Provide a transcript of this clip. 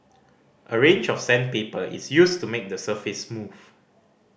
a range of sandpaper is used to make the surface smooth